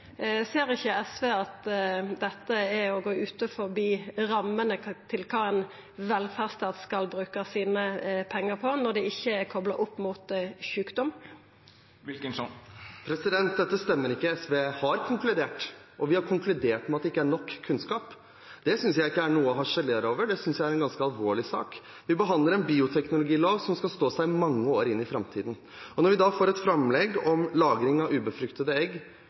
Ser ikkje SV at dette er å gå utover rammene for kva ein velferdsstat skal bruka pengar på, når det ikkje er kopla opp mot sjukdom? Dette stemmer ikke. SV har konkludert, og vi har konkludert med at det ikke er nok kunnskap. Det synes jeg ikke er noe å harselere over. Det synes jeg er en ganske alvorlig sak. Vi behandler en bioteknologilov som skal stå seg mange år inn i framtiden. Når vi da får et framlegg om lagring av ubefruktede egg